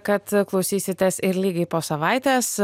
kad klausysitės ir lygiai po savaitės